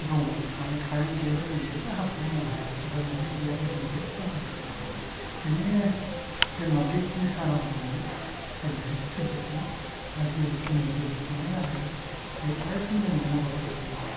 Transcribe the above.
दङ माने खारेन्ट गैयाबा जोङो जेब्बो हाबाखौनो मावनो हाया आरो मोब्लिब गैयाबा जों जेब्बो हाबाबो मावा बेनिखायनो बे मोब्लिबनि सारा बुहुमावनो दिनैहाय सोलिगासिनो दं आरो जिउ जोंनि जिउ खांनाय राहायाव बे अरायसम जोंनो मदद होगासिनो दं